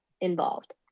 involved